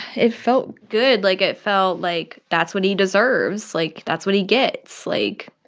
it felt good. like, it felt like that's what he deserves. like, that's what he gets. like,